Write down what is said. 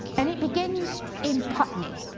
and it begins in putney,